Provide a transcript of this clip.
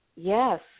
Yes